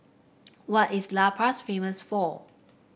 what is La Paz famous for